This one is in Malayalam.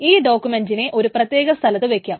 ഈ ഡോക്യൂമെന്റിനെ ഒരു പ്രത്യേക സ്ഥലത്തു വയ്ക്കാം